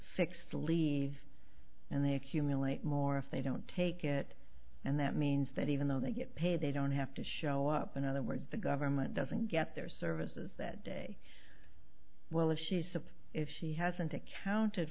six to leave and they accumulate more if they don't take it and that means that even though they get paid they don't have to show up in other words the government doesn't get their services that day well if she's so if she hasn't accounted